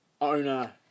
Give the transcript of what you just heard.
owner